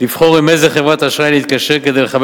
לבחור עם איזו חברת אשראי להתקשר כדי לכבד